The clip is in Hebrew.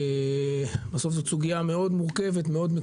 בסוף זו סוגיה מורכבת מאוד,